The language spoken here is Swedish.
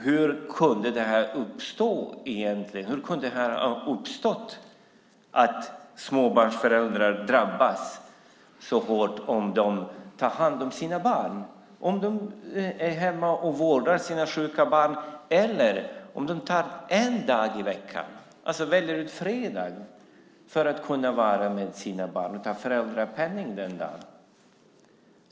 Hur kunde det uppstå att småbarnsföräldrar drabbas så hårt om de tar hand om sina barn, om de är hemma och vårdar sina sjuka barn eller tar ledigt en dag i veckan, till exempel fredag, för att vara med sina barn och ta ut föräldrapenning den dagen?